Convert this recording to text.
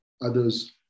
others